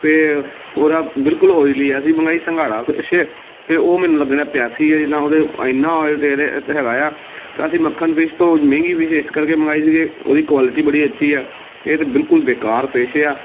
ਅਤੇ ਉਹਦਾ ਬਿਲਕੁਲ ਓਈਲੀ ਆ ਅਸੀਂ ਮੰਗਵਾਈ ਸੰਘਾੜਾ ਫਿਸ਼ ਅਤੇ ਉਹ ਮੈਨੂੰ ਲੱਗਣਾ ਪਿਆਸੀ ਹੈ ਜਿੱਦਾਂ ਉਹਦੇ ਇੰਨਾ ਆਇਲ ਤਾਂ ਇਹਦੇ 'ਤੇ ਹੈਗਾ ਆ ਅਤੇ ਅਸੀਂ ਮੱਖਣ ਫਿਸ਼ ਤੋਂ ਮਹਿੰਗੀ ਫਿਸ਼ ਇਸ ਕਰਕੇ ਮੰਗਵਾਈ ਸੀ ਕਿ ਉਹਦੀ ਕੁਆਲਿਟੀ ਬੜੀ ਅੱਛੀ ਆ ਇਹ ਤਾਂ ਬਿਲਕੁਲ ਬੇਕਾਰ ਫਿਸ਼ ਆ